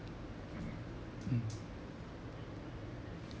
mm